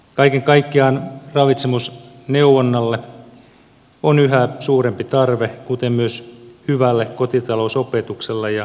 kaiken kaikkiaan ravitsemusneuvonnalle on yhä suurempi tarve kuten myös hyvälle kotitalousopetukselle ja kotitalousneuvonnalle